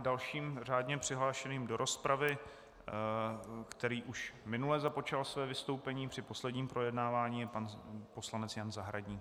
Dalším řádně přihlášeným do rozpravy, který už minule započal své vystoupení při posledním projednávání, je pan poslanec Jan Zahradník.